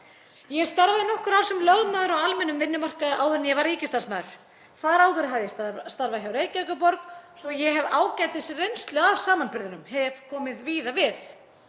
Ég starfaði í nokkur ár sem lögmaður á almennum vinnumarkaði áður en ég var ríkisstarfsmaður. Þar áður hafði ég starfað hjá Reykjavíkurborg, svo ég hef ágætisreynslu af samanburðinum, hef komið víða við.